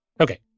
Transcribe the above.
Okay